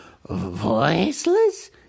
Voiceless